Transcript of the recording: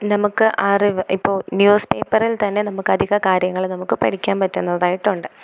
നമ്മൾക്ക് അറിവ് ഇപ്പോൾ ന്യൂസ് പേപ്പറിൽ തന്നെ നമുക്ക് അധികകാര്യങ്ങളും നമുക്ക് പഠിക്കാൻ പറ്റുന്നതായിട്ടുണ്ട്